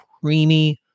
creamy